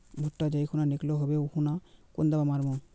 भुट्टा जाई खुना निकलो होबे वा खुना कुन दावा मार्मु?